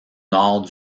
nord